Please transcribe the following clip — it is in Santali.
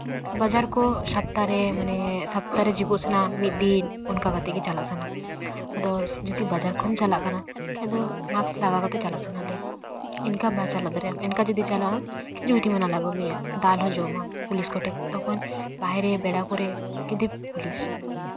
ᱵᱟᱡᱟᱨ ᱠᱚ ᱥᱚᱯᱛᱟᱦᱚᱸ ᱨᱮ ᱢᱟᱱᱮ ᱥᱚᱯᱛᱟᱨᱮ ᱥᱚᱵᱡᱤ ᱠᱚ ᱟᱥᱮᱱᱟ ᱢᱤᱫ ᱫᱤᱱ ᱚᱱᱠᱟ ᱠᱟᱛᱮ ᱜᱮ ᱪᱟᱞᱟᱜ ᱥᱟᱱᱟ ᱟᱫᱚ ᱡᱩᱫᱤ ᱵᱟᱡᱟᱨ ᱠᱚᱢ ᱪᱟᱞᱟᱜ ᱠᱟᱱᱟ ᱛᱚᱠᱷᱚᱱ ᱫᱚ ᱢᱟᱠᱥ ᱞᱟᱜᱟᱣ ᱠᱟᱛᱮ ᱪᱟᱞᱟᱜ ᱥᱟᱱᱟᱜᱮ ᱤᱱᱠᱟ ᱵᱟ ᱪᱟᱞᱟᱣ ᱫᱟᱲᱮᱜ ᱟᱢ ᱤᱱᱠᱟ ᱡᱩᱫᱤ ᱪᱟᱞᱟᱜ ᱟᱢ ᱡᱚᱨᱤᱢᱟᱱᱟ ᱞᱟᱜᱟᱣ ᱢᱮᱭᱟ ᱫᱟᱞ ᱦᱚᱸ ᱡᱚᱢ ᱟᱢ ᱯᱩᱞᱤᱥ ᱠᱚᱴᱷᱮᱱ ᱛᱚᱠᱷᱚᱱ ᱵᱟᱦᱨᱮ ᱵᱮᱲᱟ ᱠᱚᱨᱮᱜ ᱟᱹᱰᱤ ᱰᱷᱮᱨ ᱯᱩᱞᱤᱥ